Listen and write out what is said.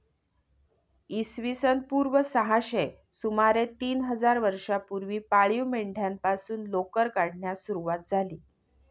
इसवी सन पूर्व सहाशे सुमारे तीन हजार वर्षांपूर्वी पाळीव मेंढ्यांपासून लोकर काढण्यास सुरवात झाली